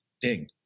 ding